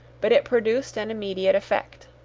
but it produced an immediate effect.